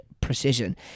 precision